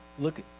Look